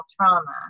trauma